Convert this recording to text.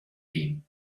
beam